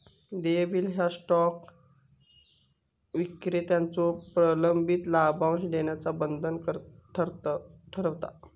देय बिल ह्या स्टॉक विक्रेत्याचो प्रलंबित लाभांश देण्याचा बंधन ठरवता